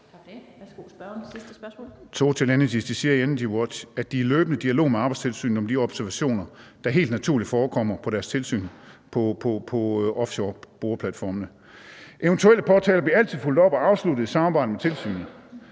det. Værsgo til spørgeren for det sidste spørgsmål.